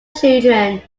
children